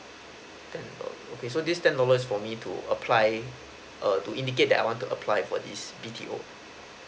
ten dollar okay so this ten dollars is for me to apply err to indicate that I want to apply for this B_T_O